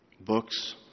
books